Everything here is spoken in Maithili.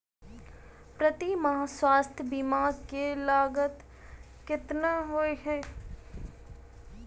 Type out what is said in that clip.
प्रति माह स्वास्थ्य बीमा केँ लागत केतना होइ है?